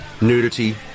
nudity